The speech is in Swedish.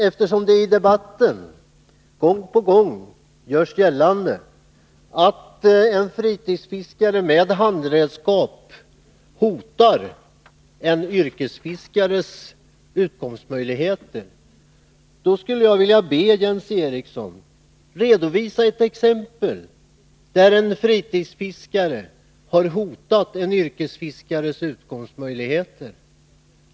Eftersom det i debatten gång på gång görs gällande att en fritidsfiskare med handredskap hotar en yrkesfiskares utkomstmöjligheter, skulle jag vilja be Jens Eriksson att redovisa ett exempel där en fritidsfiskare har hotat en yrkesfiskares utkomstmöjligheter.